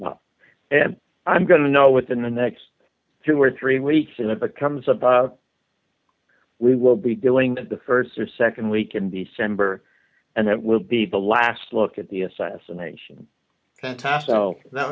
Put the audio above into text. it i'm going to know within the next two or three weeks and if it comes up we will be doing that the first or second week in december and that will be the last look at the assassination tasso that